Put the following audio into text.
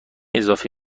اضافی